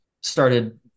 started